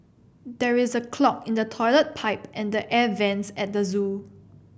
there is a clog in the toilet pipe and the air vents at the zoo